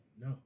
No